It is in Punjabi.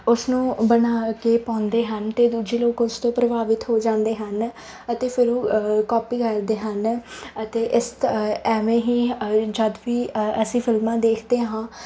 ਉਸਨੂੰ ਬਣਾ ਕੇ ਪਾਉਂਦੇ ਹਨ ਅਤੇ ਦੂਜੇ ਲੋਕ ਉਸ ਤੋਂ ਪ੍ਰਭਾਵਿਤ ਹੋ ਜਾਂਦੇ ਹਨ ਅਤੇ ਫਿਰ ਉਹ ਕੋਪੀ ਕਰਦੇ ਹਨ ਅਤੇ ਇਸ ਐਵੇਂ ਹੀ ਜਦੋਂ ਵੀ ਅਸੀਂ ਫਿਲਮਾਂ ਦੇਖਦੇ ਹਾਂ